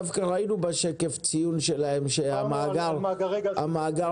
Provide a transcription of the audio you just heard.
דווקא ראינו בשקף ציון שלהם שהמאגר החדש